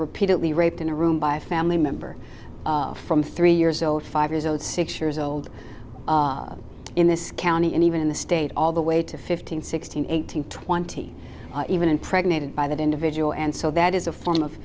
repeatedly raped in a room by a family member from three years old five years old six years old in this county and even in the state all the way to fifteen sixteen eighteen twenty even impregnated by that individual and so that is a form of